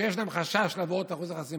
שיש להם חשש לא לעבור את אחוז החסימה,